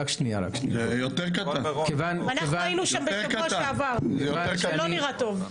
היינו שם בשבוע שעבר, זה לא נראה טוב.